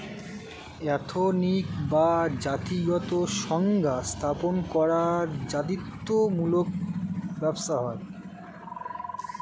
ethnic বা জাতিগত সংস্থা স্থাপন করা জাতিত্ব মূলক ব্যবসা হয়